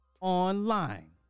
online